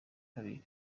kabiri